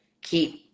keep